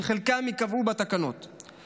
שחלקם ייקבעו בתקנות,